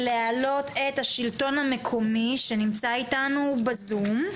את השלטון המקומי, שנמצא אתנו בזום.